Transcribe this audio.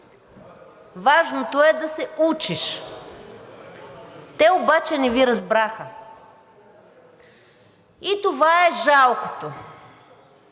важното е да се учиш. Те обаче не Ви разбраха и това е жалкото.